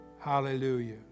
Hallelujah